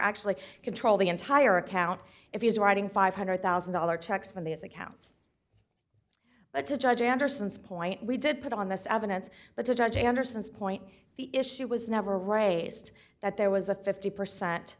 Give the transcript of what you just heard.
actually control the entire account if he's writing five hundred thousand dollars checks from these accounts but to judge anderson's point we did put on this evidence but to judge anderson's point the issue was never raised that there was a fifty percent